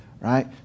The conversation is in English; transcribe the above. right